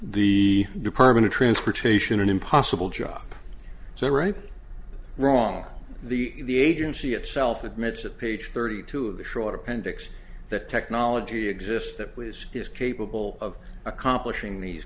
the department of transportation an impossible job so they were wrong the agency itself admits that page thirty two of the short appendix that technology exists that was is capable of accomplishing these